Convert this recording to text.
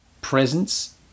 presence